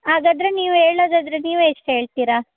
ಹಾಗಾದರೆ ನೀವು ಹೇಳೋದಾದರೆ ನೀವು ಎಷ್ಟು ಹೇಳ್ತೀರಾ